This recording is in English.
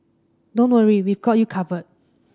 don't worry we've got you covered